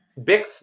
bix